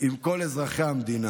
עם כל אזרחי המדינה.